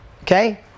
okay